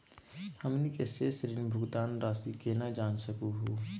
हमनी के शेष ऋण भुगतान रासी केना जान सकू हो?